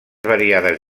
variades